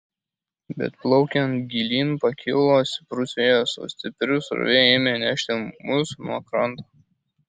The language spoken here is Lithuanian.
bet plaukiant gilyn pakilo stiprus vėjas o stipri srovė ėmė nešti mus nuo kranto